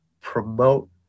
promote